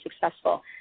successful